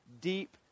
deep